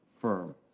firm